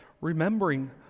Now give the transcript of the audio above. remembering